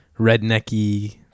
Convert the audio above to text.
rednecky